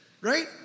right